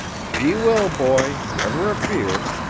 she will, boy never a fear.